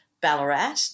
Ballarat